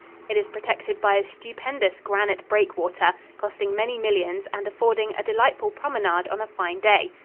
it is protected by a stupendous granite breakwater, costing many millions and affording a delightful promenade on a fine day.